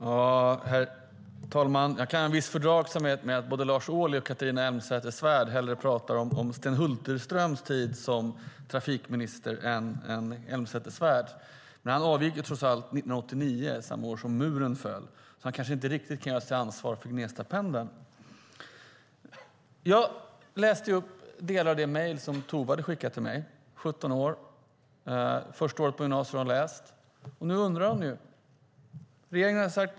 Herr talman! Jag kan ha viss fördragsamhet med att både Lars Ohly och Catharina Elmsäter-Svärd hellre talar om Sven Hulterströms tid som kommunikationsminister än om Catharina Elmsäter-Svärd. Men han avgick trots allt 1989, samma år som muren föll, så han kanske inte riktigt kan ställas till ansvar för Gnestapendeln. Jag läste upp delar av det mejl som Tove som är 17 år hade skickat till mig. Hon hade läst första året på gymnasiet. Nu undrar hon hur det blir.